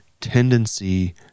tendency